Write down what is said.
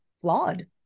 flawed